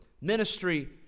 ministry